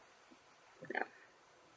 ya